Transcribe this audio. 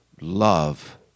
love